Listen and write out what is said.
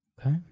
Okay